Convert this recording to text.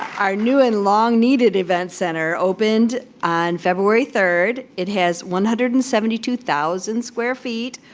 our new and long-needed event center opened on february third. it has one hundred and seventy two thousand square feet,